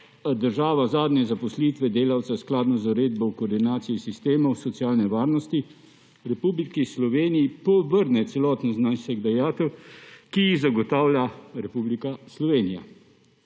država zadnje zaposlitve delavca skladno z Uredbo o koordinaciji sistemov socialne varnosti Republiki Sloveniji povrne celoten znesek dajatev, ki jih zagotavlja Republika Slovenija.